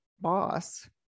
boss